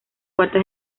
cuarta